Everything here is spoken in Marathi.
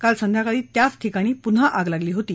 काल संध्याकाळी त्याच ठिकाणी पुन्हा आग लागली होती